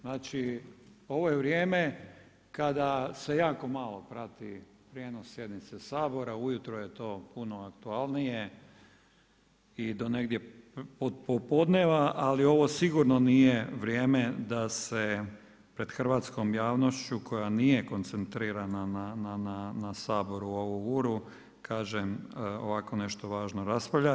Znači ovo je vrijeme kada se jako malo prati prijenos sjednice Sabora, ujutro je to puno aktualnije i do negdje do negdje od popodneva ali ovo sigurno nije vrijeme da se pred hrvatskom javnošću koja nije koncentrirana na Sabor u ovu uru, kažem ovako nešto važno raspravlja.